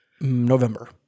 November